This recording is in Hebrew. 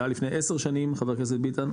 זה היה לפני 10 שנים חבר הכנסת ביטן,